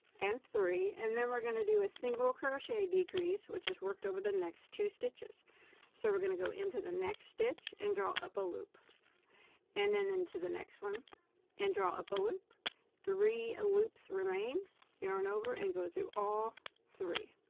and three and then we're going to do a single crochet decrease which has worked over the next two stitches so we're gonna go into the next stitch and draw up a loop and then into the next one and draw up a loop three, loops remain yarn over and go through all three